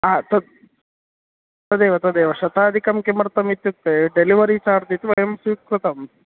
आ तदेव तदेव शताधिकं किमर्थम् इत्युक्ते डेलिवारि चार्ज् इति वयं स्वीकृतं